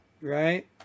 Right